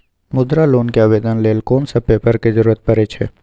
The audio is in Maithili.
मुद्रा लोन के आवेदन लेल कोन सब पेपर के जरूरत परै छै?